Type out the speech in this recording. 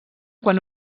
quan